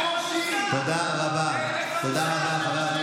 אתה לא יודע מה זה ארנונה,